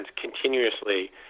continuously